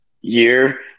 year